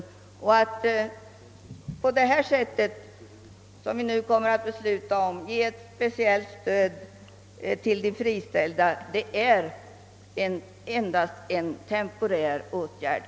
Det beslut vi i dag skall fatta innebär ju att speciellt stöd ges åt de friställda, och det är endast en temporär åtgärd.